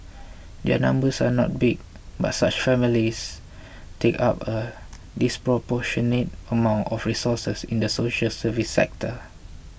their numbers are not big but such families take up a disproportionate amount of resources in the social service sector